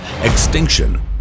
extinction